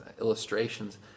illustrations